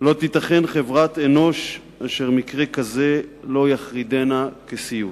"לא תיתכן חברת אנוש אשר מקרה כזה לא יחרידנה כסיוט,